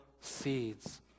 seeds